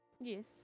Yes